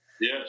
Yes